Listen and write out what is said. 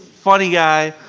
funny guy,